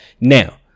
Now